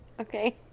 Okay